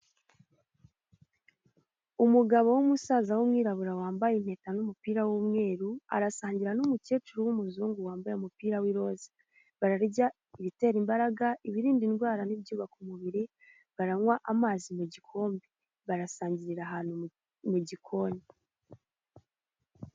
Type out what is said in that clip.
Umugabo w'umusaza w'umwirabura wambaye impeta n'umupira w'umweru arasangira n'umukecuru w'umuzungu wambaye umupira w'iroza bararya ibitera imbaraga, ibirinda indwara n'ibyubaka umubiri baranywa amazi mu gikombe barasangirira ahantu mu gikoni.